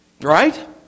Right